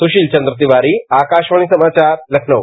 सुशील चन्द्र तिवारी आकाशवाणी समाचार लखनऊ